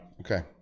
Okay